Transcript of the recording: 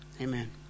Amen